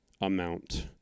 amount